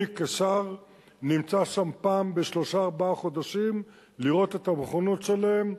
אני כשר נמצא שם פעם בשלושה-ארבעה חודשים לראות את המוכנות שלהם,